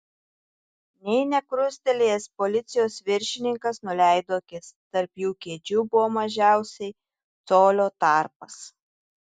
nė nekrustelėjęs policijos viršininkas nuleido akis tarp jų kėdžių buvo mažiausiai colio tarpas